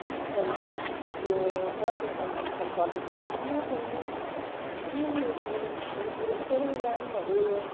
hospital यो north Bengal medical college छ त्यहाँ चाहिँ त्यो क्लिनिकमा चाहिँ धेरै धेरै लाइनहरू